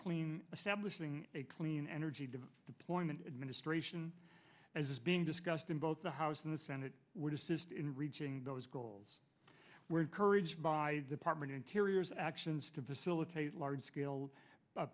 clean assembling a clean energy to deployment administration as is being discussed in both the house and the senate would assist in reaching those goals were encouraged by department interiors actions to facilitate large scale